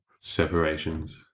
separations